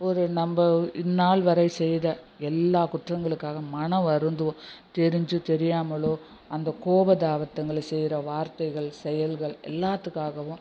ஒரு நம்ப இந்நாள் வரை செய்த எல்லா குற்றங்களுக்காக மனம் வருந்துவோம் தெரிஞ்சும் தெரியாமலோ அந்த கோபதாபத்தங்கள செய்கிற வார்த்தைகள் செயல்கள் எல்லாத்துக்காகவும்